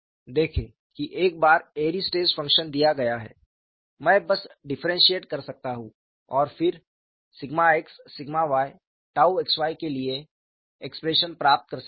देखें कि एक बार एयरी स्ट्रेस फंक्शन दिया गया है मैं बस डिफ्रेंशिएट कर सकता हूं और फिर σx σy 𝝉xy के लिए एक्सप्रेशन प्राप्त कर सकता हूं